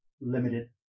limited